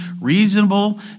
Reasonable